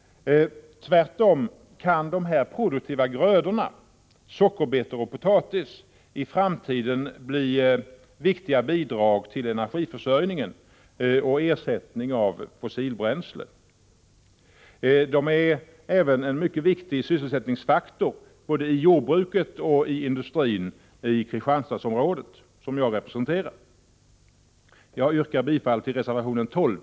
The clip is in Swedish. Tvärtom kan dessa produktiva grödor — sockerbetor och potatis — i framtiden ge viktiga bidrag till energiförsörjningen och ersätta fossilbränsle. De är även en mycket viktig sysselsättningsfaktor både inom jordbruket och inom industrin i Kristianstadsområdet, som jag representerar. Jag yrkar bifall till reservation 12.